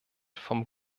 vom